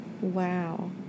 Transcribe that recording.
Wow